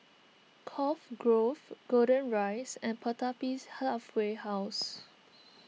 Cove Grove Golden Rise and Pertapis Halfway House